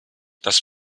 das